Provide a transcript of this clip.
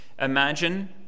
Imagine